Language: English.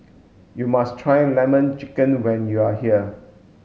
you must try lemon chicken when you are here